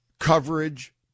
Coverage